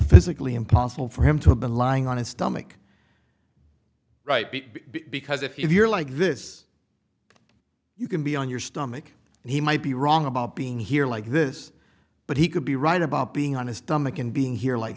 physically impossible for him to have been lying on his stomach right because if you're like this you can be on your stomach and he might be wrong about being here like this but he could be right about being on a stomach in being here like